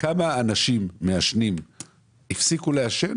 כמה אנשים מעשנים הפסיקו לעשן